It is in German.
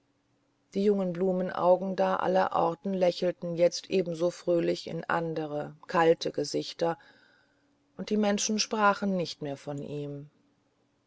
die jungen blumenaugen da allerorten lächelten jetzt ebenso fröhlich in andere kalte gesichter und die menschen sprachen nicht mehr von ihm